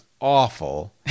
awful